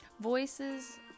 Voices